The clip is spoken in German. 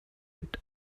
mit